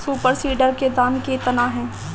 Super seeder के दाम केतना ह?